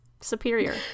superior